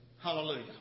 Hallelujah